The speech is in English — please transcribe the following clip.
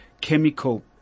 chemical